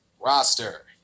roster